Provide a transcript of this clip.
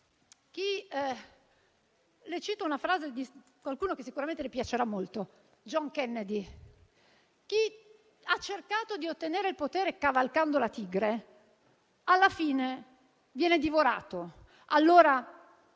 Le cito una frase di qualcuno che sicuramente le piacerà molto, John Kennedy: chi ha cercato di ottenere il potere cavalcando la tigre alla fine viene divorato. Noi